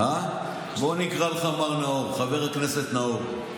בוא נקרא לך מר נאור, חבר הכנסת נאור.